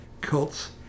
cults